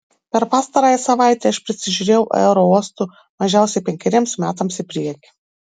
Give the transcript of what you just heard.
per pastarąją savaitę aš prisižiūrėjau aerouostų mažiausiai penkeriems metams į priekį